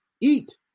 eat